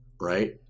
Right